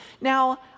Now